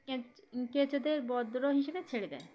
case কেচদের বদ্র হিসেবে ছেড়ে দেয়